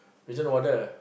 prison warden